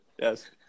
yes